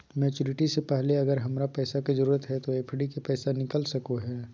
Maturity से पहले अगर हमरा पैसा के जरूरत है तो एफडी के पैसा निकल सको है?